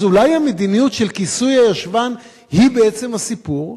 אז אולי המדיניות של "כיסוי הישבן" היא בעצם הסיפור?